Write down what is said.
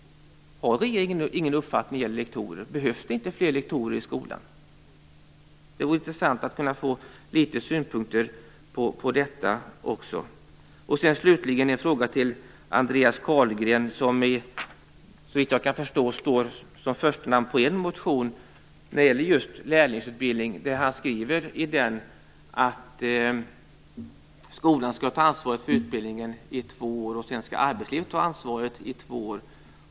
Har regeringen ingen uppfattning när det gäller lektorer? Behövs det inte fler lektorer i skolan? Det skulle vara intressant att få några synpunkter på detta. Jag har en fråga till Andreas Carlgren. Hans namn står, såvitt jag vet, först på en motion som gäller just lärlingsutbildning. Han skriver i den att skolan skall ta ansvar för utbildningen i två år. Sedan skall arbetslivet ta ansvar i två år.